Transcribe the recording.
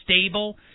stable